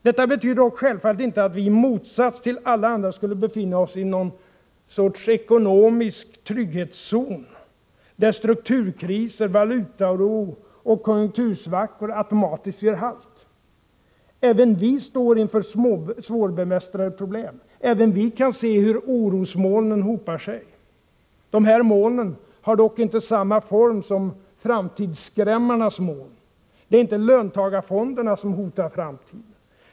Detta betyder dock självfallet inte att vi i motsats till alla andra skulle befinna oss i något slags ekonomisk trygghetszon där strukturkriser, valutaoro och konjunktursvackor automatiskt gör halt. Även vi står inför svårbemästrade problem, även vi kan se hur orosmolnen hopar sig. De här molnen har dock inte samma form som framtidsskrämmarnas moln. Det är inte löntagarfonderna som hotar framtiden.